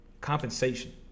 Compensation